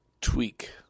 tweak